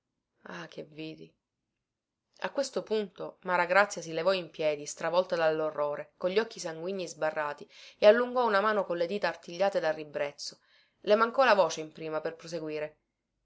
ah che vidi a questo punto maragrazia si levò in piedi stravolta dallorrore con gli occhi sanguigni sbarrati e allungò una mano con le dita artigliate dal ribrezzo le mancò la voce in prima per proseguire